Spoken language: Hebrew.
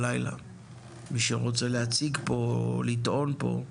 מי שרוצה להציג ולטעון פה,